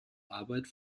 arbeit